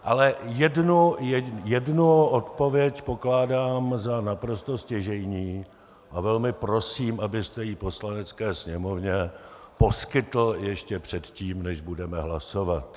Ale jednu odpověď pokládám za naprosto stěžejní a velmi prosím, abyste ji Poslanecké sněmovně poskytl ještě předtím, než budeme hlasovat.